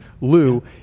Lou